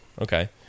Okay